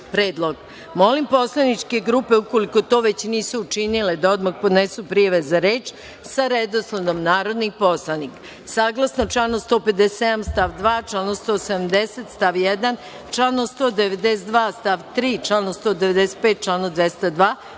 predlog. Molim poslaničke grupe, ukoliko to već nisu učinile, da odmah podnesu prijave za reč sa redosledom narodnih poslanika. Saglasno članu 157. stav 2, članu 170. stav 1, članu 192. stav 3, članu 195, članu 202.